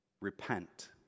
Repent